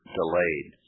delayed